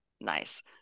nice